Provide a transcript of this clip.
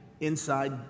inside